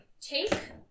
take